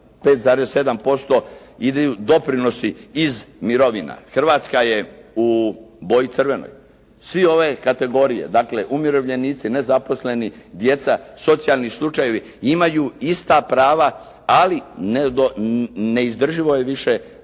5,7% idu doprinosi iz mirovina. Hrvatska je u boji crvenoj. Svi ovi kategorije dakle umirovljenici, nezaposleni, djeca, socijalni slučajevi imaju ista prava ali neizdrživo je više da